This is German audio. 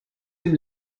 dem